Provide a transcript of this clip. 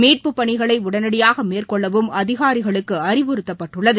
மீட்பு பணிகளை உடனடியாக மேற்கொள்ளவும் அதிகாரிகளுக்கு அறிவுறுத்தப்பட்டுள்ளது